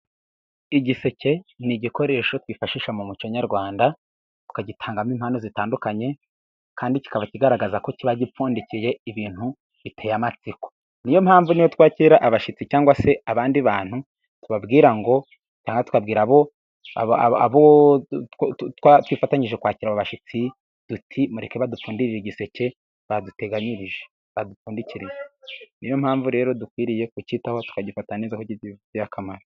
Igiseke ni igikoresho twifashisha mu muco Nyarwanda tukagitangamo impano zitandukanye kandi kikaba kigaragaza ko kiba gipfundikiye ibintu biteye amatsiko. Niyo mpamvu n'iyo twakira abashyitsi cyangwa se abandi bantu tubabwira ngo cyangwa tubwira abo twifatanyije kwakira abashyitsi tuti: "Mureke badupfundurire igiseke baduteganyirije badupfundikiriye". Niyo mpamvu rero dukwiriye kukitaho tukagifata neza kuko kidufitiye akamaro.